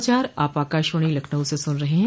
यह समाचार आप आकाशवाणी लखनऊ से सुन रहे हैं